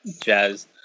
jazz